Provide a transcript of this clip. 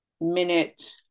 minute